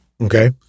Okay